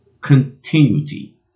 Continuity